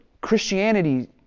Christianity